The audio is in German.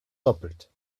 doppelt